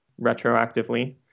retroactively